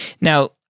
Now